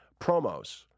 promos